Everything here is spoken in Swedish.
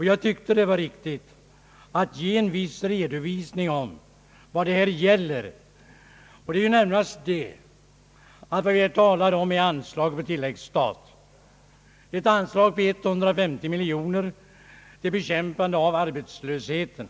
Jag tyckte att det var riktigt att ge en viss redovisning av vad det här gällde — det är ju närmast fråga om ett anslag på 150 miljoner kronor på tilläggsstat för bekämpande av arbetslösheten.